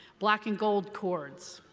black and gold chords.